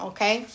Okay